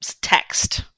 text